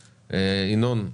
ינון,